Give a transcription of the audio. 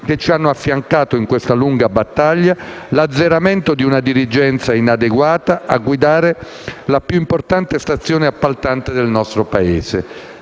che ci hanno affiancato in questa lunga battaglia l'azzeramento di una dirigenza inadeguata a guidare la più importante stazione appaltante del nostro Paese.